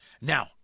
Now